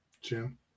Jim